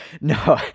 no